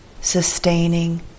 sustaining